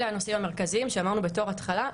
אלה הנושאים המרכזיים שאמרנו בתור התחלה,